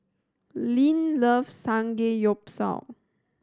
Linn loves Samgeyopsal